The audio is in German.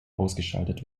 ausgeschaltet